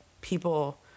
people